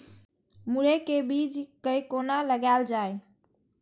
मुरे के बीज कै कोना लगायल जाय?